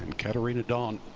and caterina don.